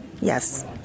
Yes